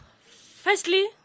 Firstly